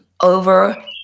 over